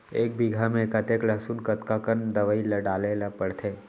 एक बीघा में कतेक लहसुन कतका कन दवई ल डाले ल पड़थे?